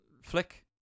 flick